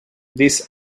this